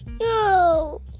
No